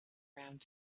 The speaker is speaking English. around